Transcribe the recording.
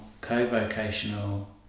co-vocational